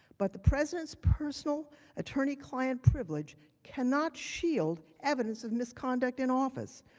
but, the president's personal attorney client privilege cannot shield evidence of misconduct in office.